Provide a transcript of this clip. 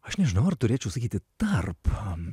aš nežinau ar turėčiau sakyti tarp